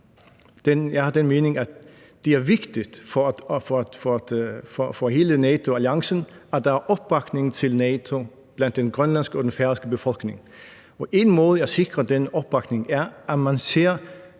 Jeg er af den mening, at det er vigtigt for hele NATO-alliancen, at der opbakning til NATO blandt den grønlandske og færøske befolkning, og en måde at sikre den opbakning er, at man ser